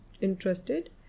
interested